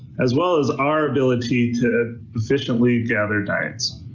as well as our ability to efficiently gather diets.